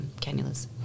cannulas